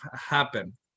happen